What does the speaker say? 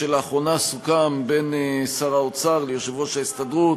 לאחרונה סוכם בין שר האוצר ליושב-ראש ההסתדרות